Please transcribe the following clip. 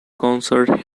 concert